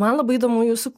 man labai įdomu jūsų